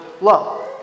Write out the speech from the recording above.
love